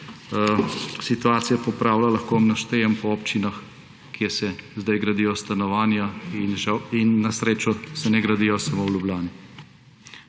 situacija popravlja. Lahko vam naštejem po občinah, kje se zdaj gradijo stanovanja in na srečo se ne gradijo samo v Ljubljani.